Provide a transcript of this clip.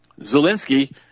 Zelensky